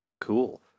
cool